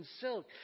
silk